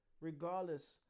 regardless